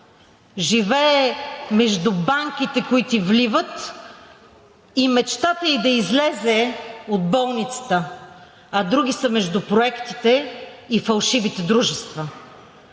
Живее между банките, които ѝ вливат, и мечтата ѝ да излезе от болницата, а други са между проектите и фалшивите дружества.